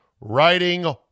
writing